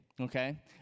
Okay